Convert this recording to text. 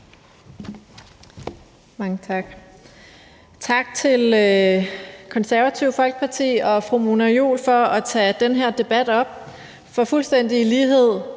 Mange tak. Tak til Det Konservative Folkeparti og fru Mona Juul for at tage den her debat op, for fuldstændig i lighed